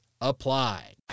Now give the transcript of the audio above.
apply